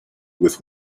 with